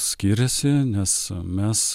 skiriasi nes mes